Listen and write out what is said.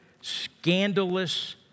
scandalous